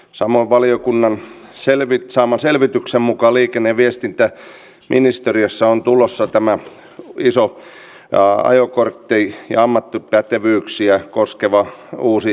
samoin valiokunnan saaman selvityksen mukaan liikenne ja viestintäministeriössä on tulossa tämä iso ajokortti ja ammattipätevyyksiä koskeva uusi lainsäädäntöhanke